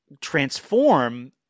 transform